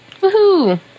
Woohoo